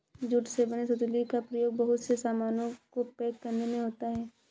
jute से बने सुतली का प्रयोग बहुत से सामानों को पैक करने में होता है